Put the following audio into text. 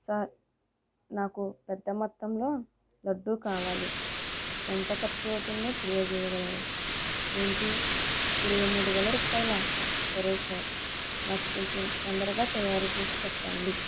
sir నాకు పెద్ద మొత్తంలో లడ్డు కావాలి ఎంత ఖర్చు అవుతుందో తెలియచేయగలరు ఏంటి ఇరవై మూడు వేల రూపాయల సరే సార్ నాకు కొంచెం తొందరగా తయారు చేసి పెట్టండి